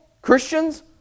Christians